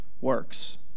works